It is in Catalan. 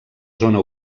zona